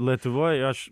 lietuvoj aš